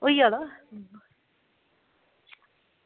होई जाना